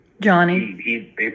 Johnny